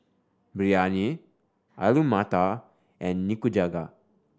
Biryani Alu Matar and Nikujaga